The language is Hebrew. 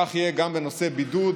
כך יהיה גם בנושא בידוד.